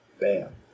Bam